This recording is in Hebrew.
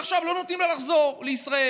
ועכשיו לא נותנים לה לחזור לישראל.